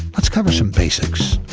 let's cover some basics.